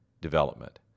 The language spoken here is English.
development